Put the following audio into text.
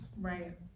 Right